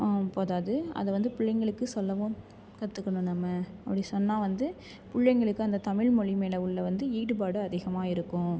போதாது அதை வந்து பிள்ளைங்களுக்கு சொல்லவும் கற்றுக்கணும் நம்ம அப்படி சொன்னால் வந்து பிள்ளைங்களுக்கு அந்த தமிழ் மொழி மேலே உள்ள வந்து ஈடுபாடு அதிகமாக இருக்கும்